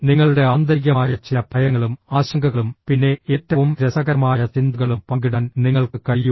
നിങ്ങളുടെ ആന്തരികമായ ചില ഭയങ്ങളും ആശങ്കകളും പിന്നെ ഏറ്റവും രസകരമായ ചിന്തകളും പങ്കിടാൻ നിങ്ങൾക്ക് കഴിയുമോ